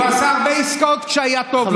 הוא עשה הרבה עסקאות כשהיה טוב לו.